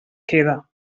queda